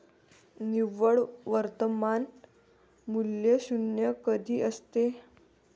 निव्वळ वर्तमान मूल्य शून्य कधी असते?